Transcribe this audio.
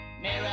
mirror